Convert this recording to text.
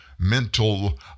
mental